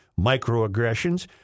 Microaggressions